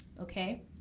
Okay